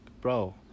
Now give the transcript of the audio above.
bro